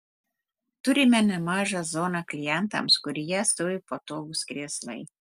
turime nemažą zoną klientams kurioje stovi patogūs krėslai